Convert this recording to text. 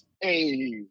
Hey